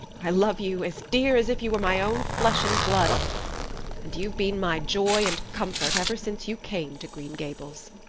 i love you as dear as if you were my own flesh and blood and you've been my joy and comfort ever since you came to green gables.